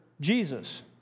Jesus